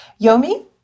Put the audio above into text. Yomi